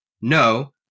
no